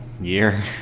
year